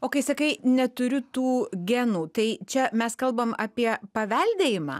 o kai sakai neturiu tų genų tai čia mes kalbam apie paveldėjimą